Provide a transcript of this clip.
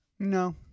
No